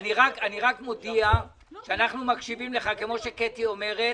אני רק מודיע שאנחנו מקשיבים לך כמו שקטי אומרת.